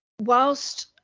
whilst